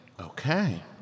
Okay